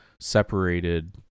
separated